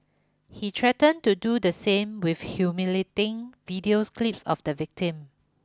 he threatened to do the same with humiliating videos clips of the victim